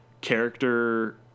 character